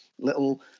little